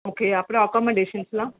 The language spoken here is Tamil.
ஓகே அப்புறம் அக்கொமடேஷன்ஸெலாம்